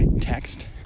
text